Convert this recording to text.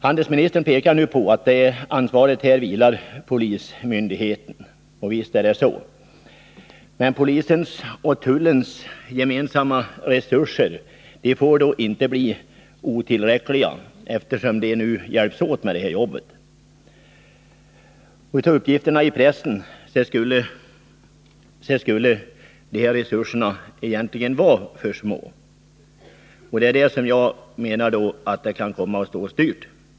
Handelsministern pekar nu på att ansvaret i dessa fall åvilar polismyndigheten, och visst är det så. Och eftersom tullen och polisen hjälps åt med jobbet är det viktigt att inte deras gemensamma resurser blir för små, och det skulle de vara, enligt uppgifter i pressen. Det är det jag menar kan komma att stå oss dyrt.